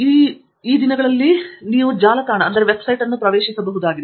ಇಂದು ನೀವು ಜಾಲತಾಣ ಹೋಗಬಹುದಾಗಿದೆ